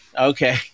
okay